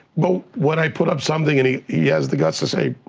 but when i put up something and he he has the guts to say,